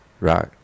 Right